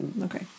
Okay